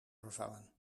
vervangen